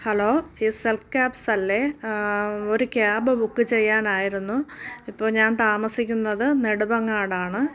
hello ഈ സൽക്യാബ്സല്ലേ ഒരു ക്യാബ് ബുക്ക് ചെയ്യാനായിരുന്നു ഇപ്പോൾ ഞാൻ താമസിക്കുന്നത് നെടുമങ്ങാടാണ്